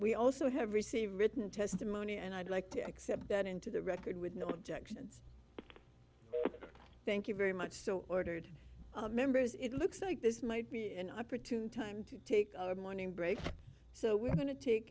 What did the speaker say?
we also have received written testimony and i'd like to accept that into the record with no objections thank you very much so ordered members it looks like this might be an opportune time to take our morning break so we're going t